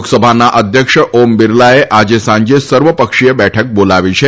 લોકસભાના અધ્યક્ષ ઓમ બિરલાએ આજે સાંજે સર્વ પક્ષીય બેઠક બોલાવી છે